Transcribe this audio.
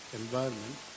environment